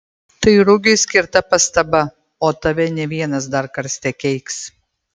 tai ruigiui skirta pastaba o tave ne vienas dar karste keiks